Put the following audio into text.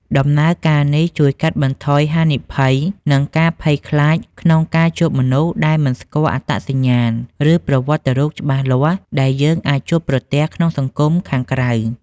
ដំណើរការនេះជួយកាត់បន្ថយហានិភ័យ និងការភ័យខ្លាចក្នុងការជួបមនុស្សដែលមិនស្គាល់អត្តសញ្ញាណ ឬប្រវត្តិរូបច្បាស់លាស់ដែលយើងអាចជួបប្រទះក្នុងសង្គមខាងក្រៅ។